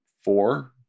four